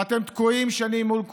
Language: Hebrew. ואתם תקועים שנים מול כולם,